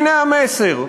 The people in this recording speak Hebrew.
הנה המסר: